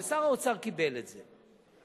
ושר האוצר קיבל את זה,